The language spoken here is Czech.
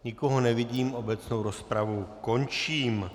Nikoho nevidím, obecnou rozpravu končím.